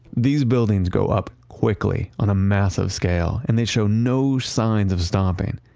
these buildings go up quickly on a massive scale and they show no signs of stopping.